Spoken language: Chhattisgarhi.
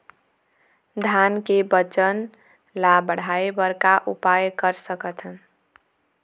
धान के वजन ला बढ़ाएं बर का उपाय कर सकथन?